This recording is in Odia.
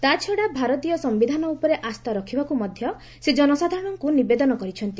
ତାଛଡ଼ା ଭାରତୀୟ ସମ୍ଭିଧାନ ଉପରେ ଆସ୍ଥା ରଖିବାକୁ ମଧ୍ୟ ସେ ଜନସାଧାରଣଙ୍କୁ ନିବେଦନ କରିଛନ୍ତି